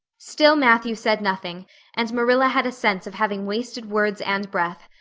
still matthew said nothing and marilla had a sense of having wasted words and breath.